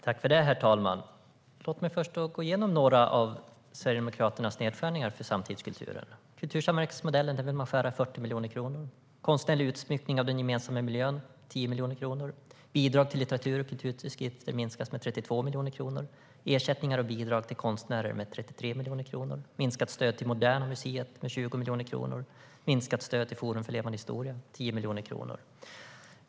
Herr talman! Låt mig gå igenom några av Sverigedemokraternas nedskärningar av samtidskulturen. Kultursamverkansmodellen vill de skära ned med 40 miljoner kronor, konstnärlig utsmyckning av den gemensamma miljön med 10 miljoner kronor, bidraget till litteratur och kulturtidskrifter minskas med 32 miljoner kronor och ersättningar och bidrag till konstnärer med 33 miljoner kronor, stödet till Moderna Museet minskas med 20 miljoner kronor och stödet till Forum för levande historia med 10 miljoner kronor.